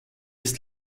ist